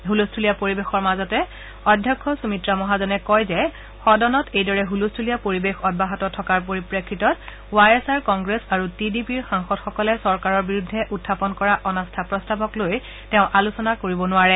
হুলস্থূলীয়া পৰিবেশৰ মাজতে অধ্যক্ষ সুমিত্ৰা মহাজনে কয় যে সদনত এইদৰে হুলস্থূলীয়া পৰিবেশ অব্যাহত থকাৰ পৰিপ্ৰেক্ষিতত ৱাই এছ আৰ কংগ্ৰেছ আৰু টি ডি পিৰ সাংসদসকলে চৰকাৰৰ বিৰুদ্ধে উত্থাপন কৰা অনাস্থা প্ৰস্তাৱক লৈ তেওঁ আলোচনা কৰাব নোৱাৰে